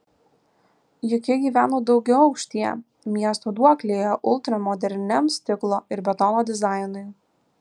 juk ji gyveno daugiaaukštyje miesto duoklėje ultramoderniam stiklo ir betono dizainui